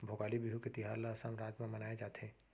भोगाली बिहू के तिहार ल असम राज म मनाए जाथे